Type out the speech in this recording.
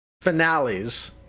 finales